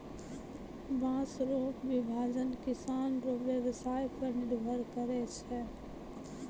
बाँस रो विभाजन किसान रो व्यवसाय पर निर्भर करै छै